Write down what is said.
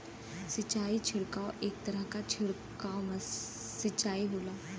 सिंचाई छिड़काव एक तरह क छिड़काव सिंचाई होला